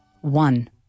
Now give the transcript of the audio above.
one